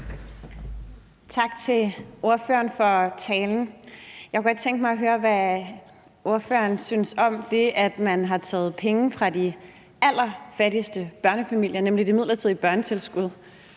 Tak til ordføreren for talen. Jeg kunne godt tænke mig at høre, hvad ordføreren synes om, at man har taget penge fra de allerfattigste børnefamilier, nemlig det midlertidige børnetilskud,